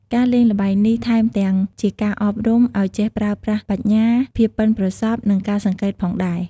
ការលេងល្បែងនេះថែមទាំង ជាការអប់រំ ឲ្យចេះប្រើប្រាស់បញ្ញា ភាពប៉ិនប្រសប់ និងការសង្កេតផងដែរ។